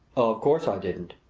of course i didn't,